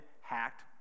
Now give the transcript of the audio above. hacked